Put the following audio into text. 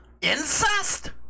incest